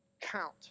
count